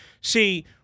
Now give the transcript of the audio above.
See